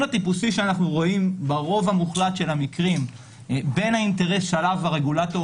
הטיפוסי שאנחנו רואים ברוב המוחלט של המקרים בין האינטרס שעליו הרגולטור